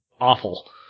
awful